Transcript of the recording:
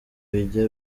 bijya